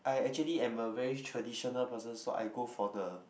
I actually am a very traditional person so I go for the